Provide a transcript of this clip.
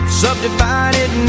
subdivided